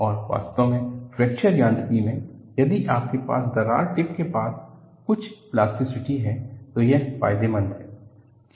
और वास्तव में फ्रैक्चर यांत्रिकी में यदि आपके पास दरार टिप के पास कुछ प्लास्टिसिटी है तो यह फायदेमंद है